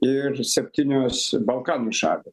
ir septynios balkanų šalys